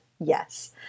yes